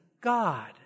God